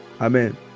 Amen